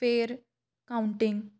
ਫਿਰ ਕਾਊਂਟਿੰਗ